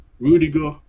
Rudiger